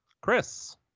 Chris